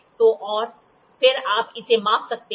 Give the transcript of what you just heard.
तो और फिर आप इसे माप सकते हैं